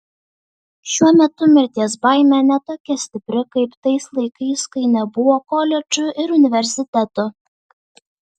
šiuo metu mirties baimė ne tokia stipri kaip tais laikais kai nebuvo koledžų ir universitetų